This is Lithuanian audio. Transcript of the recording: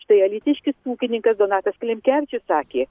štai alytiškis ūkininkas donatas klimkevičius sakė